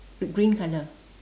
green colour